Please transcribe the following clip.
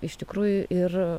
iš tikrųjų ir